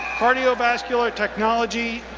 cardiovascular technology,